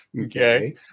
Okay